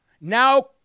now